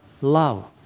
love